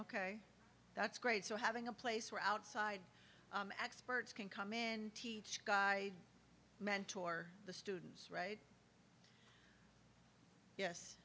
ok that's great so having a place where outside experts can come in teach guy mentor the students right yes